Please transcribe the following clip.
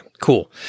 cool